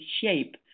shape